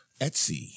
Etsy